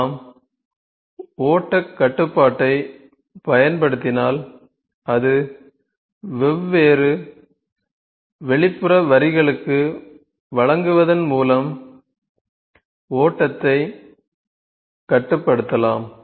நாம் ஓட்டக் கட்டுப்பாட்டைப் பயன்படுத்தினால் அது வெவ்வேறு வெளிப்புற வரிகளுக்கு வழங்குவதன் மூலம் ஓட்டத்தைக் கட்டுப்படுத்தலாம்